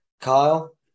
Kyle